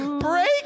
Break